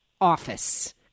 office